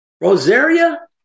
Rosaria